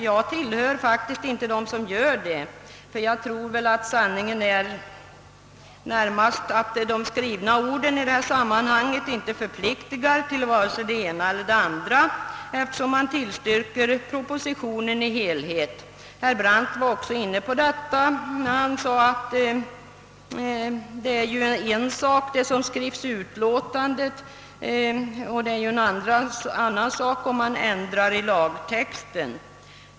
Jag tillhör faktiskt inte dem som gör det, ty jag tror att sanningen närmast är att de skrivna orden i detta sammanhang inte förpliktar till vare sig det ena eller det andra, eftersom man tillstyrker propositionen i dess helhet. Herr Brandt var också inne på detta. Han sade att det är en sak vad som skrivs i utlåtandet och en annan sak om man ändrar i lagtext.